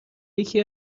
یکی